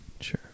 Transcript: sure